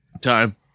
Time